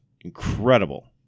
incredible